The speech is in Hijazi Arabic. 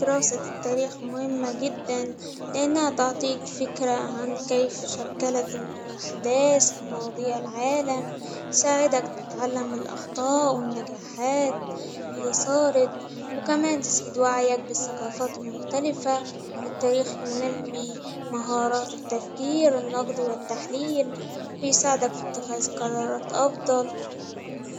دراسة التاريخ مهمة جدا لأنها تعطيك فكرة عن كيف شكلت الأحداث، والمواضيع العالم تساعدك تتعلم الأخطاء والنجاحات اللي صارت وكمان تزيد وعيك بالثقافات المختلفة التاريخي ينمي مهارات التفكير النقد والتحليل، بيساعدك في إتخاز قرارات أفضل.